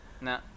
No